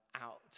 out